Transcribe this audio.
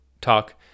talk